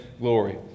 glory